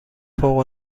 فوق